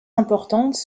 importantes